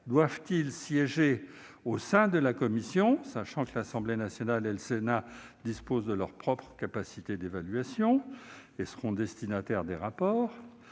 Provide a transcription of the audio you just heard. doivent-ils siéger au sein de la commission, sachant que l'Assemblée nationale et le Sénat disposent de leur propre capacité d'évaluation et qu'ils seront destinataires des rapports ?